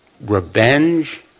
revenge